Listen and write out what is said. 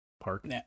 Park